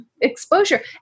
exposure